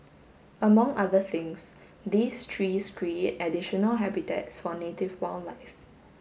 among other things these trees create additional habitats for native wildlife